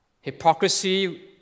Hypocrisy